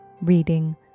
reading